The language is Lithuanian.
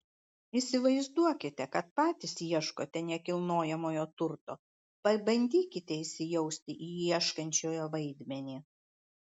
įsivaizduokite kad patys ieškote nekilnojamojo turto pabandykite įsijausti į ieškančiojo vaidmenį